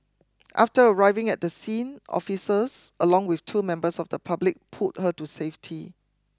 after arriving at the scene officers along with two members of the public pulled her to safety